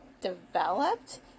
developed